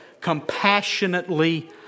compassionately